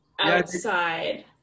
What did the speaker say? Outside